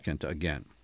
again